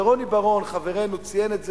ורוני בר-און חברנו ציין את זה,